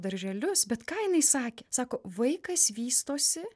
darželius bet ką jinai sakė sako vaikas vystosi